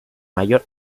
mayor